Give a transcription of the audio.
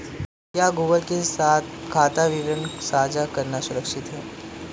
क्या गूगल के साथ खाता विवरण साझा करना सुरक्षित है?